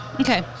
okay